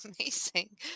amazing